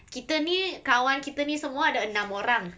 kita ni kawan kita ni semua ada enam orang